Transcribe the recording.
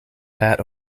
pat